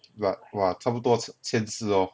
but !wah! 差不多千四 lor